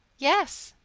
yes,